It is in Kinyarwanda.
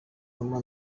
numa